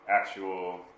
actual